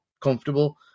comfortable